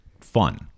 fun